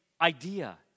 idea